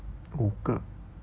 五个